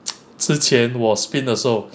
之前我 spin 的时候